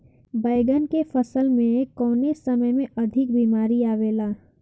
बैगन के फसल में कवने समय में अधिक बीमारी आवेला?